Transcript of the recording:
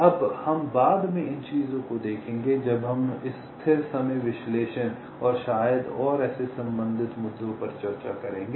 अब हम बाद में इन चीजों को देखेंगे जब हम इस स्थिर समय विश्लेषण और शायद और ऐसे संबंधित मुद्दों पर चर्चा करेंगे